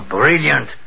brilliant